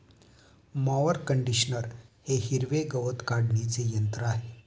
mower conditioner हे हिरवे गवत काढणीचे यंत्र आहे